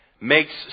makes